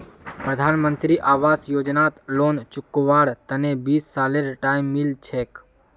प्रधानमंत्री आवास योजनात लोन चुकव्वार तने बीस सालेर टाइम मिल छेक